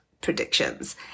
predictions